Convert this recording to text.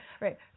right